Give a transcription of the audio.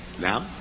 Now